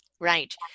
right